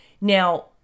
now